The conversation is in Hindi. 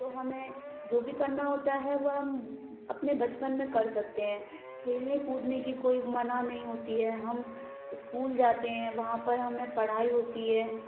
तो हमें जो भी करना होता है वह हम अपने बचपन में कर सकते हैं खेलने कूदने की कोई मना नहीं होती है हम इस्कूल जाते हैं वहाँ पर हमें पढ़ाई होती है